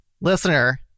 listener